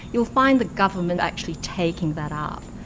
you'll find the government actually taking that up.